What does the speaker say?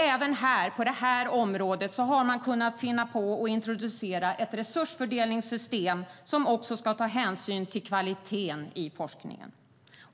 Även på detta område har man kunnat finna på och introducera ett resursfördelningssystem som också ska ta hänsyn till kvaliteten i forskningen.